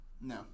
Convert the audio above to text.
No